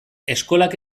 eskolak